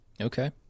Okay